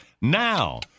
now